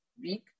week